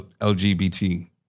LGBT